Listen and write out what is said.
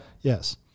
Yes